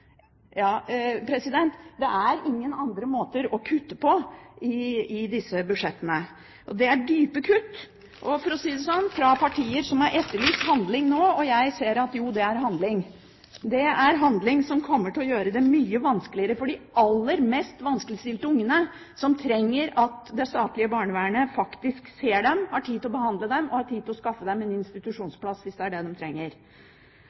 det er ingen andre måter å kutte på i disse budsjettene. Det er dype kutt – for å si det sånn – fra partier som har etterlyst handling nå, og jeg ser at jo, det er handling. Det er handling som kommer til å gjøre det mye vanskeligere for de aller mest vanskeligstilte ungene, som trenger at det statlige barnevernet faktisk ser dem, har tid til å behandle dem og har tid til å skaffe dem en institusjonsplass, hvis det er det de trenger.